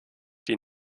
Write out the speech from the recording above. die